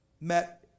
met